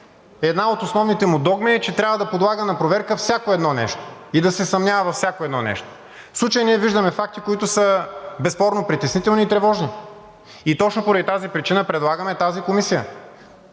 една от основните му догми е, че трябва да подлага на проверка всяко едно нещо и да се съмнява във всяко едно нещо. В случая ние виждаме факти, които са безспорно притеснителни и тревожни. И точно поради тази причина предлагаме такава комисия.